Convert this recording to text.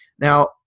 Now